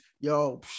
yo